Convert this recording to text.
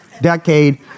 decade